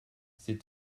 ces